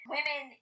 Women